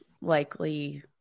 likely